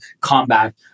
combat